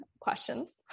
questions